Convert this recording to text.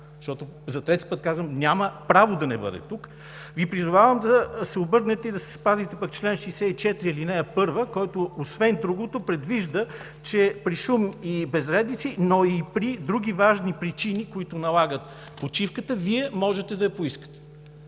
защото, за трети път казвам – няма право да не бъде тук, Ви призовавам да се обърнете и да си спазите пък чл. 64, ал. 1, който освен другото, предвижда, че „при шум и безредици, но и при други важни причини, които налагат почивката“, Вие можете да я поискате.